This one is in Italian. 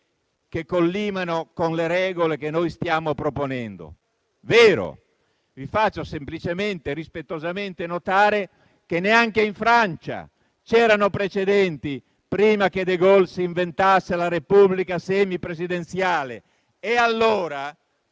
che collimano con le regole che noi stiamo proponendo. È vero. Vi faccio semplicemente e rispettosamente notare che neanche in Francia c'erano precedenti prima che De Gaulle si inventasse la Repubblica semipresidenziale, e la